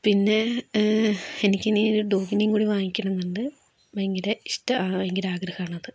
പിന്നേ എനിക്ക് ഇനി ഒരു ഡോഗിനേയും കൂടി വാങ്ങിക്കണം എന്നുണ്ട് ഭയങ്കര ഇഷ്ടമാണ് ഭയങ്കര ആഗ്രഹമാണത്